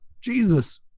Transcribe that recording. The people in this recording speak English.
Jesus